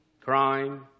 crime